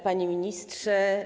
Panie Ministrze!